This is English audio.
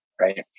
right